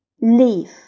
leaf